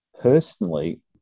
Personally